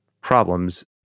problems